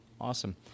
Awesome